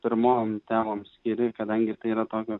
pirmom temom skiri kadangi tai yra tokio